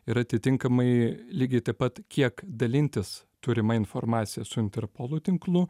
ir atitinkamai lygiai taip pat kiek dalintis turima informacija su interpolo tinklu